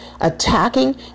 attacking